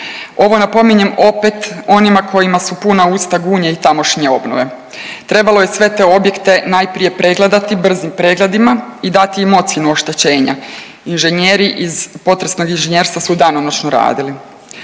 Ovo napominjem opet onima kojima su puna usta Gunje i tamošnje obnove. Trebalo je sve te objekte najprije pregledati brzim pregledima i dati im ocjenu oštećenja. Inženjeri iz potresnog inženjerstva su danonoćno radili.